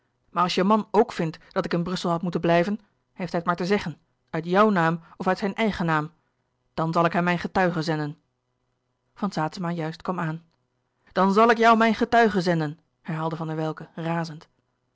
maar als je man ook vindt dat ik in brussel had moeten blijven heeft hij het maar te zeggen uit jouw naam of uit zijn eigen louis couperus de boeken der kleine zielen naam dan zal ik hem mijn getuigen zenden van saetzema juist kwam aan dan zal ik jou mijn getuigen zenden herhaalde van der welcke razend